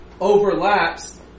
overlaps